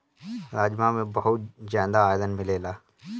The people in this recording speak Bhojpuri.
राजमा में बहुते जियादा आयरन मिलेला